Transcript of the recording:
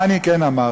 מה אני כן אמרתי?